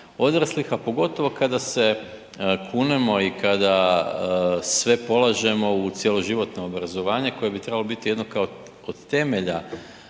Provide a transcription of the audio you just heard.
odraslih, a pogotovo kada se kunemo i kada sve polažemo u cjeloživotno obrazovanje koje bi trebalo biti jedno kao od temelja